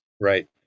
right